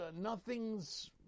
nothing's